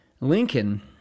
Lincoln